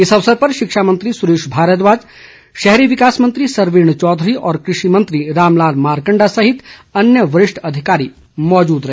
इस अवसर पर शिक्षा मंत्री सुरेश भारद्वाज शहरी विकास मंत्री सरवीण चौधरी और कृषि मंत्री रामलाल मारकंडा सहित अन्य वरिष्ठ अधिकारी मौजूद रहे